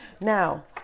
Now